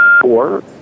four